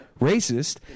racist